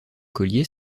collier